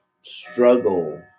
struggle